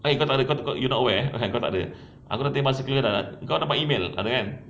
and you can undergo a unit where a haggard ah then I'm going to my muscular that gotten my email and